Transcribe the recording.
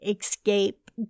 escape